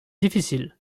difficile